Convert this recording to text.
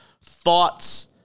Thoughts